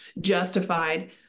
justified